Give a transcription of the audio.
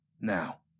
Now